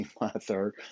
mother